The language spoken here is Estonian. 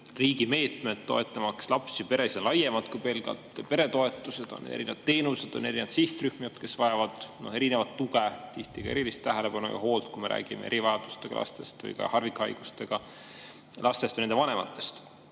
riigi meetmed, toetamaks lapsi ja peresid, laiemad kui pelgalt peretoetused. On erinevad teenused, on erinevad sihtrühmad, kes vajavad erinevat tuge, tihti ka erilist tähelepanu ja hoolt, kui me räägime erivajadustega lastest või ka harvikhaigustega lastest ja nende vanematest. Aga